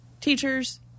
teachers